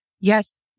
yes